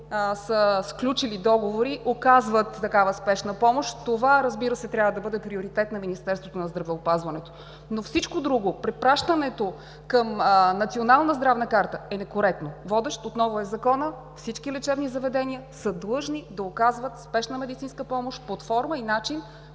са сключили договор, оказват такава спешна помощ. Това трябва да бъде приоритет на Министерството на здравеопазването. Всичко друго – препращането към Национална здравна карта, е некоректно. Водещ е законът. Всички лечебни заведения са длъжни да оказват спешна медицинска помощ по форма и начин,